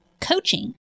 coaching